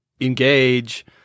engage